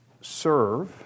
serve